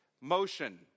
motion